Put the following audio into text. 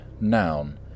Noun